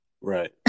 right